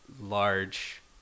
large